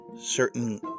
Certain